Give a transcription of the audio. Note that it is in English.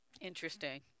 Interesting